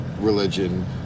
religion